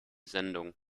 sendung